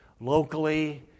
locally